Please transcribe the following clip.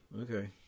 Okay